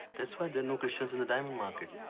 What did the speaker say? that's why there are no christians in the diamond market.